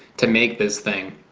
to make this thing,